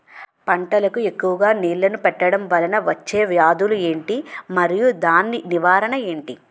పంటలకు ఎక్కువుగా నీళ్లను పెట్టడం వలన వచ్చే వ్యాధులు ఏంటి? మరియు దాని నివారణ ఏంటి?